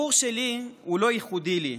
הסיפור שלי הוא לא ייחודי לי.